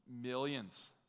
Millions